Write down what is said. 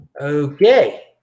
okay